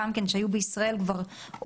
יש תהליכים במדינת ישראל שצריך לעבור אותם,